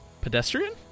pedestrian